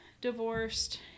divorced